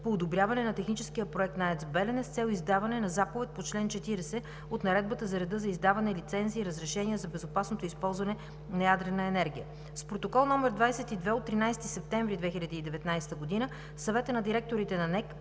по одобряване на техническия проект на АЕЦ „Белене“ с цел издаване на заповед по чл. 40 от Наредбата за реда за издаване лицензи и разрешения за безопасното използване на ядрена енергия. С протокол № 22 от 13 септември 2019 г. Съветът на директорите на